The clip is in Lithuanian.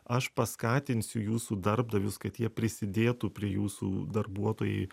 aš paskatinsiu jūsų darbdavius kad jie prisidėtų prie jūsų darbuotojai